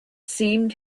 seemed